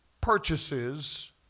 purchases